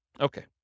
Okay